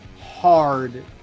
hard